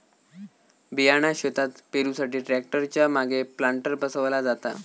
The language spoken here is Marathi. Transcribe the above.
बियाणा शेतात पेरुसाठी ट्रॅक्टर च्या मागे प्लांटर बसवला जाता